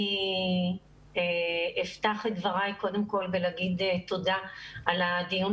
אני אפתח את דבריי קודם כל בלהגיד תודה על הדיון